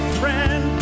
friend